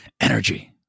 energy